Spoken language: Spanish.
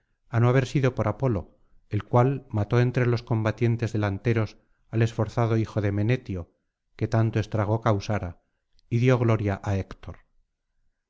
á no haber sido por apolo el cual mató entre los combatientes delanteros al esforzado hijo de menetio que tanto estrago causara y dio gloria á héctor